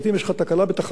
לעתים יש לך תקלה בתחנה,